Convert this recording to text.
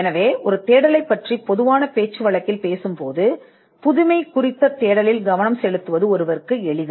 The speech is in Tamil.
எனவே பொதுவான தேடலில் நீங்கள் ஒரு தேடலைப் பற்றி பேசும்போது புதுமைக்கான தேடலில் யாராவது கவனம் செலுத்துவது எளிது